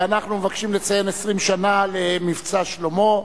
אנחנו מבקשים לציין 20 שנה ל"מבצע שלמה".